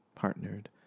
partnered